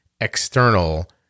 external